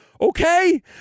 Okay